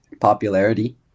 popularity